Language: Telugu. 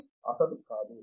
ఇది అస్సలు కాదు